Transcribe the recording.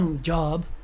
job